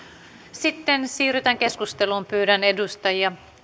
sitten siirrytään keskusteluun pyydän edustajia